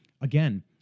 Again